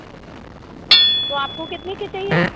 हाँ तो आपको कितनी की चाहिए